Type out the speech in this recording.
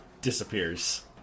disappears